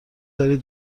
دارید